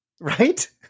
Right